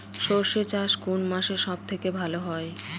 সর্ষে চাষ কোন মাসে সব থেকে ভালো হয়?